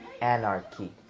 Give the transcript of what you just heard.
anarchy